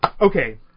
okay